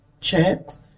checks